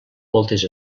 moltes